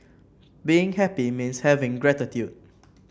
being happy means having gratitude